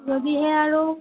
যদিহে আৰু